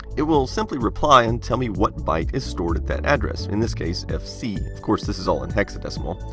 it will simply reply and tell me what byte is stored at that address, in this case fc. of course this is all in hexadecimal.